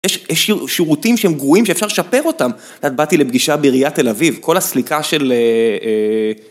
יש שירותים שהם גרועים שאפשר לשפר אותם. אז באתי לפגישה בעיריית תל אביב, כל הסליקה של...